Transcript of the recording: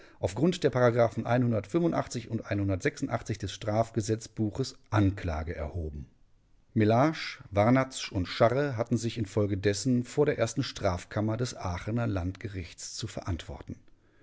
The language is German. grund der und des strafgesetzbuches anklage erhoben mellage warnatzsch und scharre hatten sich infolgedessen vor der ersten strafkammer des aachener landgerichts zu verantworten